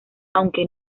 aunque